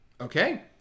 Okay